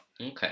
Okay